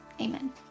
Amen